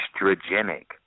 estrogenic